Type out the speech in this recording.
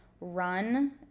run